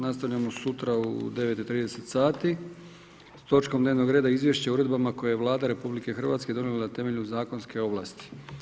Nastavljamo sutra u 9,30 sati s točkom dnevnog reda Izvješće o uredbama koje je Vlada RH donijela na temelju zakonske ovlasti.